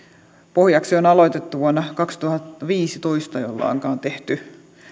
pohjaksi on aloitettu vuonna kaksituhattaviisitoista jolloinka on tehty